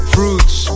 Fruits